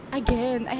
again